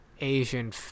Asian